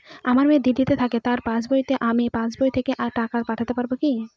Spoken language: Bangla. আমার মেয়ে দিল্লীতে থাকে তার পাসবইতে আমি পাসবই থেকে টাকা পাঠাতে পারব কি?